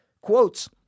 quotes